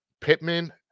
Pittman